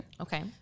okay